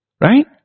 right